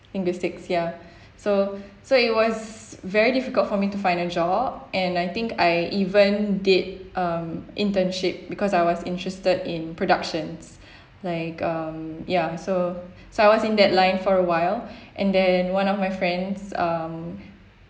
linguistics ya so so it was very difficult for me to find a job and I think I even did um internship because I was interested in productions like um ya so so I was in that line for a while and then one of my friends um